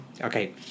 Okay